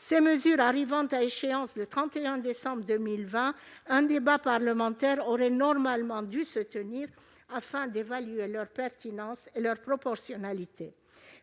Ces mesures arrivant à échéance le 31 décembre 2020, un débat parlementaire aurait normalement dû se tenir afin d'évaluer leur pertinence et leur proportionnalité.